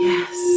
Yes